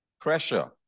pressure